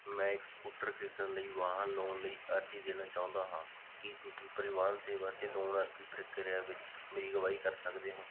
ਮੈਂ ਇੱਕ ਸਕੂਟਰ ਖਰੀਦਣ ਲਈ ਵਾਹਨ ਲੋਨ ਲਈ ਅਰਜ਼ੀ ਦੇਣਾ ਚਾਹੁੰਦਾ ਹਾਂ ਕੀ ਤੁਸੀਂ ਪਰਿਵਾਹਨ ਸੇਵਾ 'ਤੇ ਲੋਨ ਅਰਜ਼ੀ ਪ੍ਰਕਿਰਿਆ ਵਿੱਚ ਮੇਰੀ ਅਗਵਾਈ ਕਰ ਸਕਦੇ ਹੋ